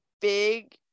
big